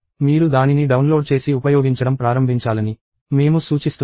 మీరు దానిని డౌన్లోడ్ చేసి ఉపయోగించడం ప్రారంభించాలని మేము సూచిస్తున్నాము